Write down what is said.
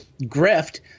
grift